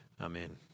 Amen